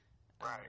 Right